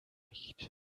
nicht